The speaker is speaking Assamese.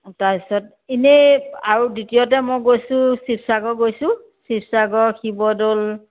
তাৰপাছত এনেই আৰু দ্বিতীয়তে মই গৈছোঁ শিৱসাগৰ গৈছোঁ শিৱসাগৰ শিৱদৌল